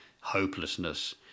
hopelessness